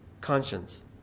conscience